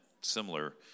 similar